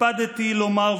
הקפדתי לומר,